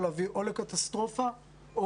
הקורונה יכול להביא או לקטסטרופה או,